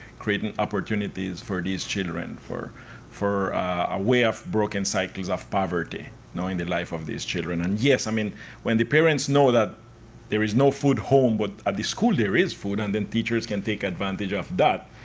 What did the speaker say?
creating opportunities for these children for for a way of broken cycles of poverty, knowing the life of these children. and yes, i mean when the parents know that there is no foot home, but at the school there is food, and then teachers can take advantage of that,